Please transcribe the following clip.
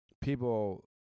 people